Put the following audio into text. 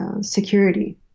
security